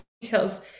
details